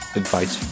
advice